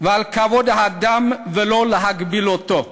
ועל כבוד האדם, ולא להגביל אותו.